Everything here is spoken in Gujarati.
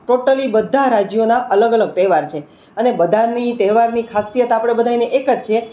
ટોટલી બધાં રાજ્યોના અલગ અલગ તહેવાર છે અને બધાની તહેવારની ખાસિયત આપણે બધાને એક જ છે